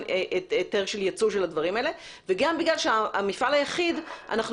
היתר של יצוא הדברים האלה וגם בגלל שיש מפעל יחיד.